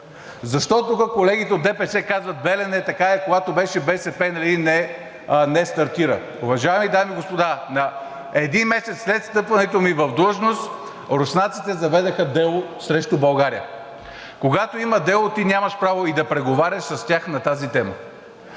Защото тук колегите от ДПС казват: „Белене“, когато беше БСП, нали, не стартира.“ Уважаеми дами и господа, един месец след встъпването ми в длъжност руснаците заведоха дело срещу България. Когато има дело, ти нямаш право да преговаряш с тях на тази тема.